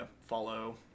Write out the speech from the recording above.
follow